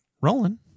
rolling